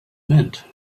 meant